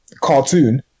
cartoon